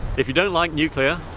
if you don't like nuclear,